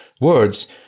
words